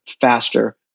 faster